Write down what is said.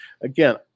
again